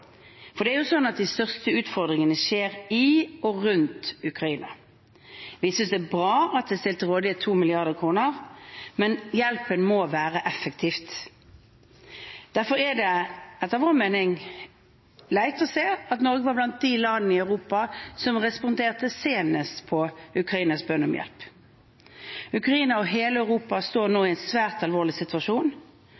for de største utfordringene skjer jo i og rundt Ukraina. Vi synes det er bra at det er stilt 2 mrd. kr til rådighet, men hjelpen må være effektiv. Derfor er det etter vår mening leit å se at Norge var blant de landene i Europa som responderte senest på Ukrainas bønn om hjelp. Ukraina og hele Europa står nå